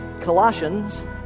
Colossians